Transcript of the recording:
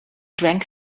drank